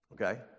Okay